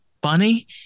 Bunny